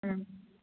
ꯎꯝ